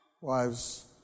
Wives